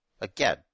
Again